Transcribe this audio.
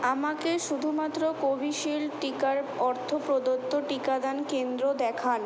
আমাকে শুধুমাত্র কোভিশিল্ড টিকার অর্থ প্রদত্ত টিকাদান কেন্দ্র দেখান